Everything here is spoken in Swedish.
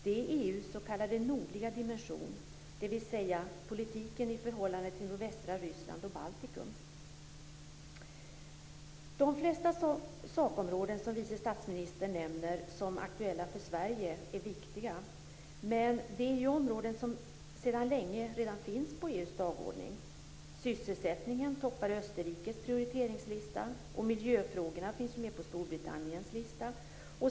Det är EU:s s.k. nordliga dimension, dvs. politiken i förhållande till nordvästra De flesta sakområden som vice statsministern nämner som aktuella för Sverige är viktiga, men det är områden som sedan länge redan finns på EU:s dagordning. Sysselsättningen toppar Österrikes prioriteringslista, och miljöfrågorna finns med på Storbritanniens lista.